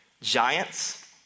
giants